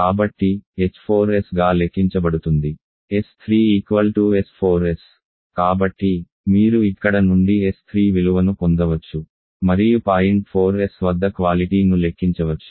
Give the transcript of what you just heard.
కాబట్టి h4s గా లెక్కించబడుతుంది s3 s4s కాబట్టి మీరు ఇక్కడ నుండి s3 విలువను పొందవచ్చు మరియు పాయింట్ 4s వద్ద క్వాలిటీ ను లెక్కించవచ్చు